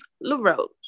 Larose